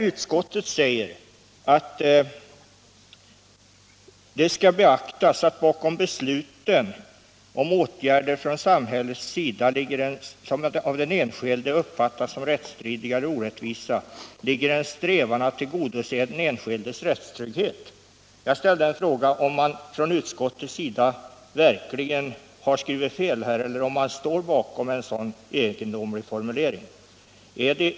Utskottet anför att det skall beaktas att bakom beslut och åtgärder från samhällets sida, som av den enskilde uppfattas som rättsstridiga eller orättvisa, ligger en strävan att tillgodose den enskildes rättstrygghet. Jag frågade, om man i utskottet möjligen har skrivit fel här, eller om man verkligen står bakom en så egendomlig formulering.